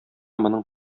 моның